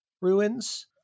ruins